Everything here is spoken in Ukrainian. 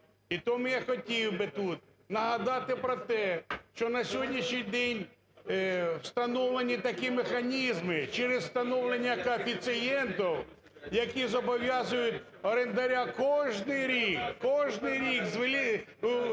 І тому я хотів би тут нагадати про те, що на сьогоднішній день встановлені такі механізми через встановлення коефіцієнтів, які зобов'язують орендаря кожний рік, кожний рік,